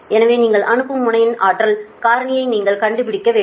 எனவே நீங்கள் அனுப்பும் முனையின் ஆற்றல் காரணியை நீங்கள் கண்டுபிடிக்க வேண்டும்